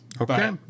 Okay